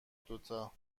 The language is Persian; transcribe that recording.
دوتا